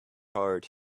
heart